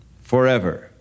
forever